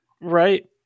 Right